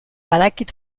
badakit